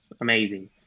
amazing